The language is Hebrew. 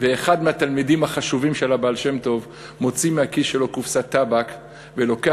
אחד מהתלמידים החשובים של הבעל-שם-טוב מוציא מהכיס שלו קופסת טבק ולוקח,